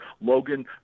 Logan